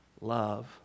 Love